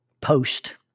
post